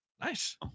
Nice